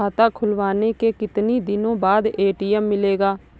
खाता खुलवाने के कितनी दिनो बाद ए.टी.एम मिलेगा?